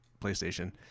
PlayStation